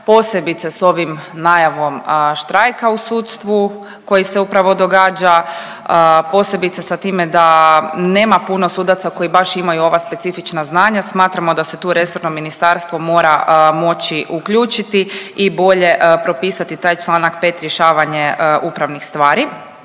posebice s ovim najavom štrajka u sudstvu koji se upravo događa, posebice sa time da nema puno sudaca koji baš imaju ova specifična znanja, smatramo da se tu resorno ministarstvo mora moći uključiti i bolje propisati taj čl. 5. rješavanje upravnih stvari.